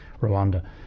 Rwanda